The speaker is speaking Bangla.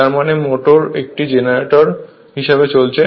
তার মানে মোটর একটি জেনারেটর হিসাবে চলছে